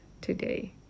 today